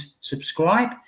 subscribe